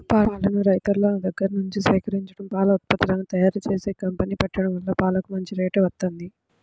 పాలను రైతుల దగ్గర్నుంచి సేకరించడం, పాల ఉత్పత్తులను తయ్యారుజేసే కంపెనీ పెట్టడం వల్ల పాలకు మంచి రేటు వత్తంది